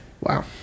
Wow